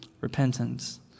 repentance